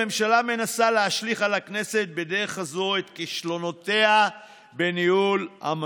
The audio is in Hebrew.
הממשלה מנסה להשליך על הכנסת בדרך הזו את כישלונותיה בניהול המשבר.